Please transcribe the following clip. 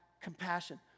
Compassion